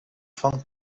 van